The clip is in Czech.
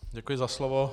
Děkuji za slovo.